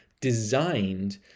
designed